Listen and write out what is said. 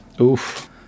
Oof